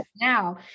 now